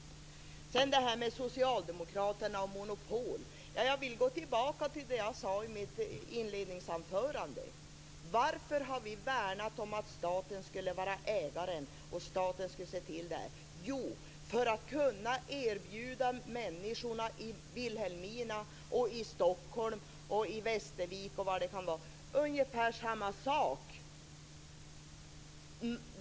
Jag vill kommentera det som har sagts om Socialdemokraterna och monopol. Jag vill gå tillbaka till det som jag sade i mitt inledningsanförande. Varför har vi värnat om att staten skulle vara ägaren och se till detta? Jo, för att kunna erbjuda människorna i Vilhelmina, i Stockholm och i Västervik osv. ungefär samma sak.